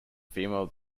female